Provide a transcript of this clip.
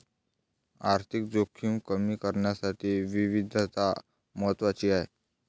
आर्थिक जोखीम कमी करण्यासाठी विविधता महत्वाची आहे